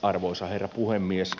arvoisa herra puhemies